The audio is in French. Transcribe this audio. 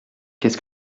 qu’est